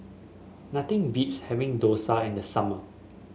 nothing beats having dosa in the summer